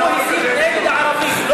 הוא הסית נגד הערבים.